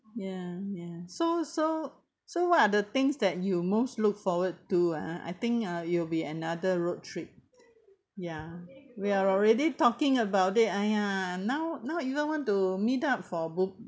ya ya so so so what are the things that you most look forward to ah I think uh it will be another road trip ya we are already talking about it !aiya! now now even want to meet up for book